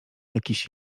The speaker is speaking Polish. jakiś